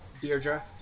Deirdre